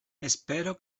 espero